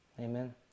Amen